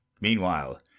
meanwhile